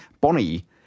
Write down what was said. Bonnie